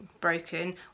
broken